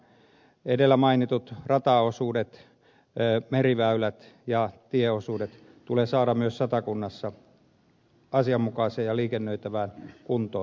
edellä mainitut rataosuudet meriväylät ja tieosuudet tulee saada myös satakunnassa asianmukaiseen ja liikennöitävään kuntoon